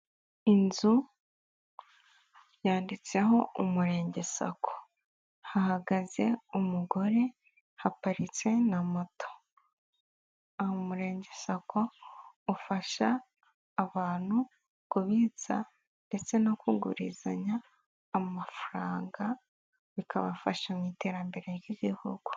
Inzu, yanditseho umurenge sako, hahagaze umugore, haparitse na moto, umurenge sako ufasha abantu kubitsa ndetse no kugurizanya amafaranga, bikabafasha mu iterambere ry'igihugu.